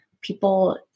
people